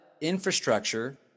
infrastructure